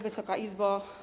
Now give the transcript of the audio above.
Wysoka Izbo!